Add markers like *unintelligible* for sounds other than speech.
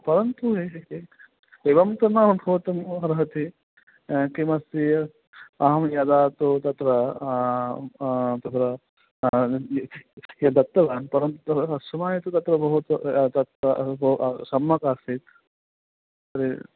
परन्तु एवं तु न भवितुम् अर्हति किमस्ति अहं यदा तु तत्र तत्र यद् दत्तवान् परन्तु तत्र *unintelligible* तत्र भवतु तत् सम्यक् आसीत् तर्हि